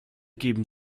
geben